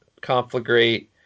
Conflagrate